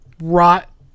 rot